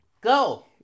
Go